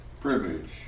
privilege